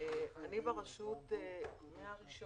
אני ברשות מה-1